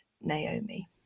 naomi